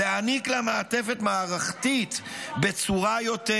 להעניק לה מעטפת מערכתית בצורה יותר,